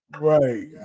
right